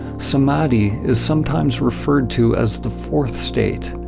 samadhi is sometimes referred to as the fourth state,